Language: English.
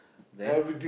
then